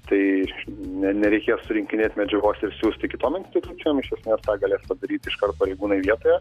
tai ne nereikės surinkinėt medžiagos ir siųsti kitom institucijom iš esmės tą galės padaryti iškart pareigūnai vietoje